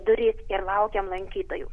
duris ir laukiam lankytojų